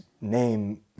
name